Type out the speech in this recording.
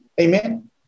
Amen